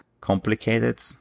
complicated